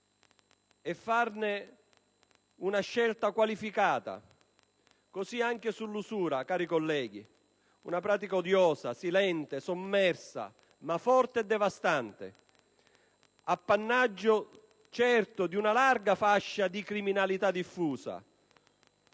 sfida, una scelta qualificata. Così anche sull'usura, cari colleghi. Una pratica odiosa, silente, sommersa, ma forte e devastante; appannaggio, certo, di una larga fascia di criminalità diffusa.